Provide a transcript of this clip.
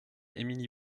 émilie